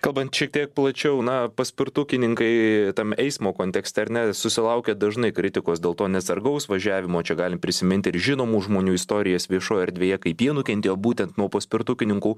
kalbant šiek tiek plačiau na paspirtukininkai tam eismo kontekste ar ne susilaukė dažnai kritikos dėl to neatsargaus važiavimo čia galim prisimint ir žinomų žmonių istorijas viešoj erdvėje kaip jie nukentėjo būtent nuo paspirtukininkų